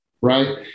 right